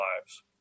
lives